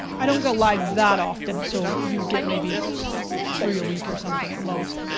i don't go live that often so you would get maybe three a week or something at most.